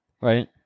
right